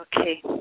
okay